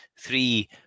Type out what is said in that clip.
three